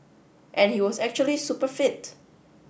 and he was actually super fit